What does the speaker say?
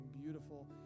beautiful